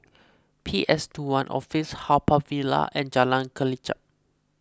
P S two one Office Haw Par Villa and Jalan Kelichap